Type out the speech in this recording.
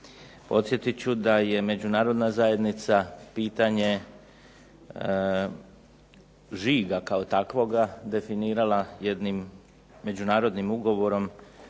Podsjetit ću da je Međunarodna zajednica pitanje žiga kao takvoga definirala jednim međunarodnim ugovorom